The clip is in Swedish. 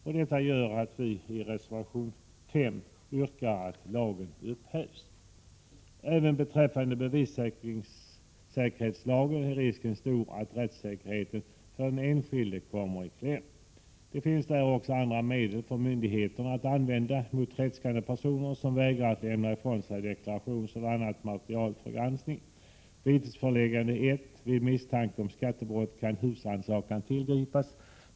I reservation 5 yrkar vi därför att lagen upphävs. Även vid tillämpning av bevissäkringslagen är risken stor för att den enskildes rättssäkerhet äventyras. Det finns andra medel för myndigheter att använda mot tredskande personer, som vägrar att lämna ifrån sig deklarationseller annat material för granskning. Vitesföreläggande är ett medel. Vid misstanke om skattebrott kan husrannsakan tillgripas.